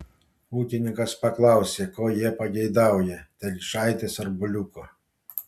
ūkininkas paklausė ko jie pageidaują telyčaitės ar buliuko